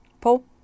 Paul